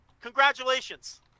Congratulations